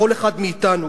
בכל אחד מאתנו,